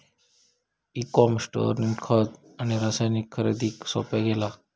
E com स्टोअरनी खत आणि रसायनांच्या खरेदीक सोप्पा केला